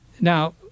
Now